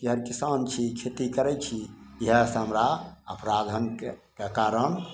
किएकि किसान छी खेती करै छी इएहसँ हमरा अपराधनके कारण